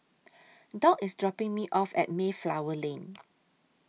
Dock IS dropping Me off At Mayflower Lane